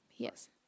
Yes